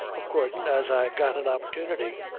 accordin' as i got an opportunity.